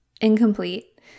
incomplete